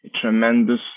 tremendous